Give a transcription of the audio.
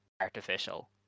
artificial